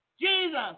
Jesus